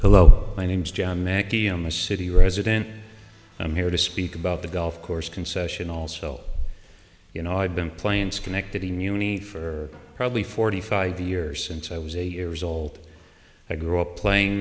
hello my name is john mackey i'm a city resident i'm here to speak about the golf course concession also you know i've been playing schenectady muni for probably forty five years since i was eight years old i grew up playing